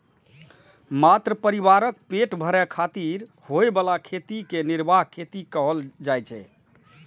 मात्र परिवारक पेट भरै खातिर होइ बला खेती कें निर्वाह खेती कहल जाइ छै